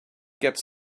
gets